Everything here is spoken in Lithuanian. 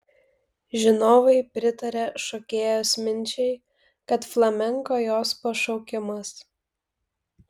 žinovai pritaria šokėjos minčiai kad flamenko jos pašaukimas